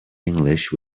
english